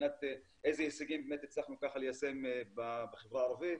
מבחינת איזה הישגים הצלחנו ליישם בחברה הערבית,